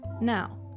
Now